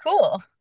cool